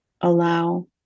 Allow